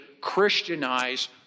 Christianize